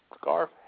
Scarf